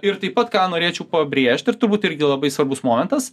ir taip pat ką norėčiau pabrėžti ir turbūt irgi labai svarbus momentas